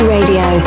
Radio